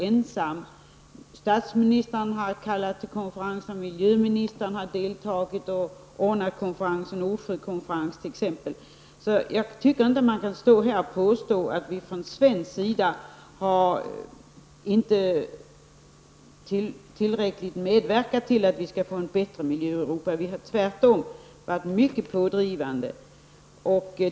Statsministern har kallat till konferens, miljöministern har deltagit och ordnat konferens, t.ex. Nordsjökonferensen. Jag tycker inte att man kan påstå att vi från svensk sida inte har medverkat tillräckligt till att vi skall få en bättre miljö i Europa. Vi har tvärtom varit mycket pådrivande.